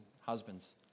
husbands